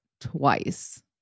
twice